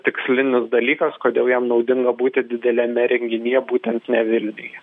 tikslinis dalykas kodėl jam naudinga būti dideliame renginyje būtent ne vilniuje